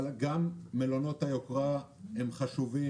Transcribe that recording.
אבל גם מלונות היוקרה חשובים,